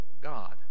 God